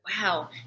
Wow